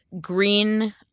green